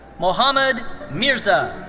mochamad mirza.